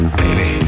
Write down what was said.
baby